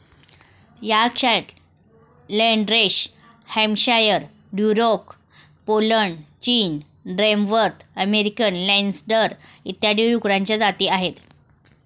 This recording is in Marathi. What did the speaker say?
Yorkshire, Landrace Hampshire, Duroc Poland, चीन, टॅमवर्थ अमेरिकन लेन्सडर इत्यादी डुकरांच्या जाती आहेत